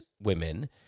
women